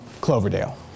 Cloverdale